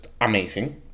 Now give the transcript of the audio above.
amazing